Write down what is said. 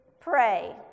pray